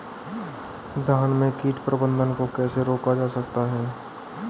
धान में कीट प्रबंधन को कैसे रोका जाता है?